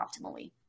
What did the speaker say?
optimally